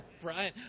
Brian